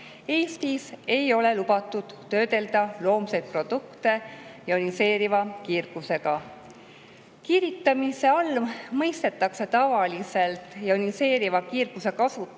Eestis ei ole lubatud töödelda loomseid produkte ioniseeriva kiirgusega. Kiiritamise all mõistetakse tavaliselt ioniseeriva kiirguse kasutamist,